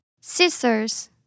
Scissors